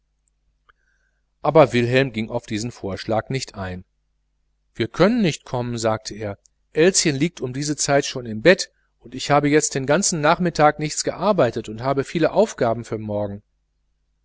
aber wilhelm ging auf diesen vorschlag nicht ein wir können nicht kommen sagte er elschen liegt um diese zeit schon im bett und ich habe jetzt den ganzen nachmittag nichts gearbeitet und habe viele aufgaben für morgen